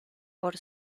por